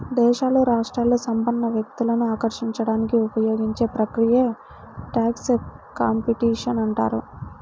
దేశాలు, రాష్ట్రాలు సంపన్న వ్యక్తులను ఆకర్షించడానికి ఉపయోగించే ప్రక్రియనే ట్యాక్స్ కాంపిటీషన్ అంటారు